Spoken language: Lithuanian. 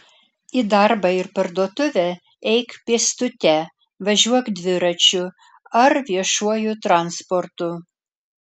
į darbą ir parduotuvę eik pėstute važiuok dviračiu ar viešuoju transportu